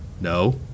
No